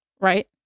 Right